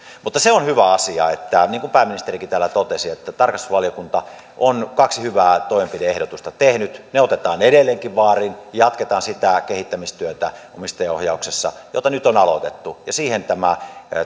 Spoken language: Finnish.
mutta se on hyvä asia niin kuin pääministerikin täällä totesi että tarkastusvaliokunta on kaksi hyvää toimenpide ehdotusta tehnyt niistä otetaan edelleenkin vaarin jatketaan sitä kehittämistyötä omistajaohjauksessa jota nyt on aloitettu ja siihen tämä